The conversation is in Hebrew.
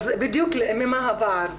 אז בדיוק ממה הפער,